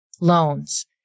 loans